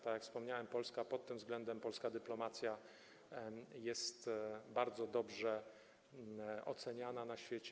Tak jak wspomniałem, Polska pod tym względem, polska dyplomacja, jest bardzo dobrze oceniana na świecie.